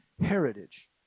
heritage